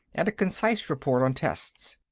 and a concise report on tests.